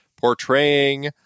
portraying